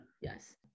yes